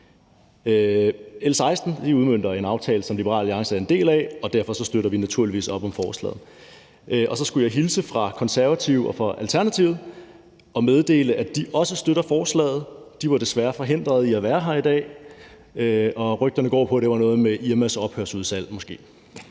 L 16 udmønter en aftale, som Liberal Alliance er en del af, og derfor støtter vi naturligvis op om forslaget. Så skulle jeg hilse fra Konservative og fra Alternativet og meddele, at de også støtter forslaget. De var desværre forhindret i at være her i dag, og rygterne går på, at det var noget med Irmas ophørsudsalg,